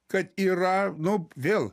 kad yra nup vėl